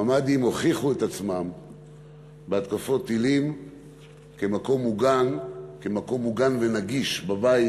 הממ"דים הוכיחו את עצמם בהתקפות טילים כמקום מוגן ונגיש בבית,